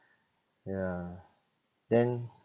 ya then